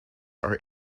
are